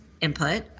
input